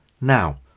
now